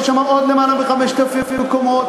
יש שם עוד למעלה מ-5,000 מקומות.